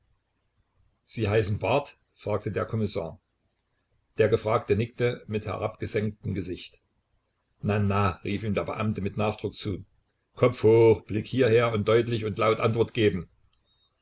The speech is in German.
sie heißen barth fragte der kommissar der gefragte nickte mit herabgesenktem gesicht na na rief ihm der beamte mit nachdruck zu kopf hoch blick hierher und deutlich und laut antwort geben